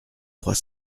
trois